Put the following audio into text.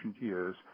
years